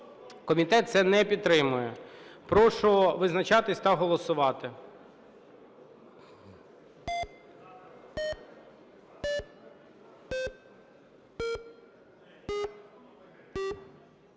Комітет це не підтримує. Прошу визначатись та голосувати.